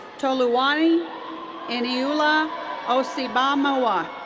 toliwani eniola osibamowo. um